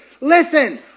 Listen